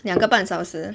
两个半小时